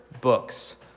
books